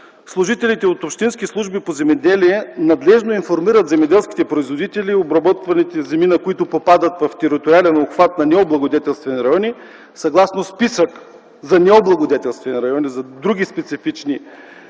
служителите от общинските служби по земеделие надлежно информират земеделските производители, обработваните земи на които попадат в териториалния обхват на необлагодетелствани райони, съгласно списък за необлагодетелствани райони за други специфични